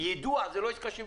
יידוע זה לא עסקה שיווקית.